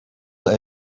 that